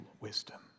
wisdom